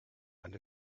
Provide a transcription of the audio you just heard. and